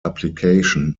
application